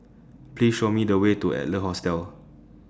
Please Show Me The Way to Adler Hostel